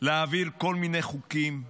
להעביר כל מיני חוקים קיקיוניים,